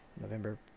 November